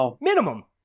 Minimum